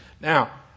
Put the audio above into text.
Now